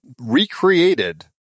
recreated